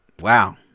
Wow